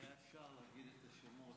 היה אפשר להגיד את השמות,